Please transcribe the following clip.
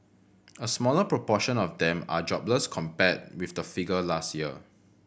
a smaller proportion of them are jobless compared with the figure last year